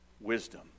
wisdom